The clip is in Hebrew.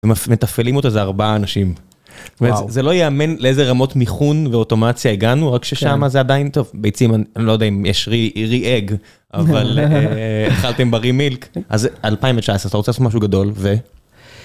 מתפעלים אותה זה ארבעה אנשים וזה לא ייאמן לאיזה רמות מכון ואוטומציה הגענו רק ששם זה עדיין טוב, ביצים אני לא יודע אם יש re-egg אבל אכלתם בre-milk אז אלפיים ותשע עשרה, ואתה רוצה לעשות משהו גדול ו...